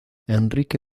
enrique